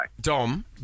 Dom